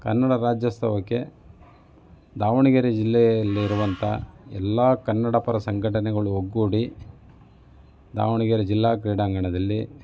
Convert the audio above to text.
ಕನ್ನಡ ರಾಜ್ಯೋತ್ಸವಕ್ಕೆ ದಾವಣಗೆರೆ ಜಿಲ್ಲೆಯಲ್ಲಿರುವಂಥ ಎಲ್ಲ ಕನ್ನಡ ಪರ ಸಂಘಟನೆಗಳು ಒಗ್ಗೂಡಿ ದಾವಣಗೆರೆ ಜಿಲ್ಲಾ ಕ್ರೀಡಾಂಗಣದಲ್ಲಿ